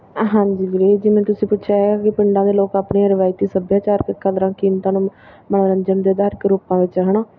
ਹਾਂਜੀ ਵੀਰੇ ਜਿਵੇਂ ਤੁਸੀਂ ਪੁੱਛਿਆ ਹੈਗਾ ਕਿ ਪਿੰਡਾਂ ਦੇ ਲੋਕ ਆਪਣੀਆਂ ਰਵਾਇਤੀ ਸੱਭਿਆਚਾਰਕ ਕਦਰਾਂ ਕੀਮਤਾਂ ਨੂੰ ਮਨੋਰੰਜਨ ਦੇ ਆਧਾਰਿਤ ਰੂਪਾਂ ਵਿੱਚ ਹੈ ਨਾ